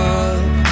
up